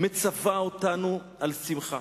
מצווה אותנו על שמחה.